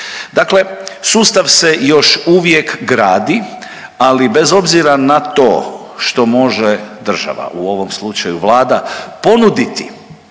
Dakle, sustav se još uvijek gradi, ali bez obzira na to što može država u ovom slučaju Vlada ponuditi